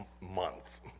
month